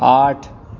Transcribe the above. آٹھ